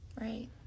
Right